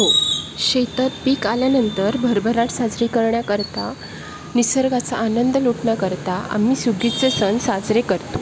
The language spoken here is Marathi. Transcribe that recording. हो शेतात पिक आल्यानंतर भरभराट साजरी करण्याकरता निसर्गाचा आनंद लुटण्याकरता आम्ही सुगीचे सण साजरे करतो